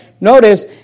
Notice